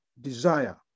desire